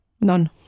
none